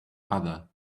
other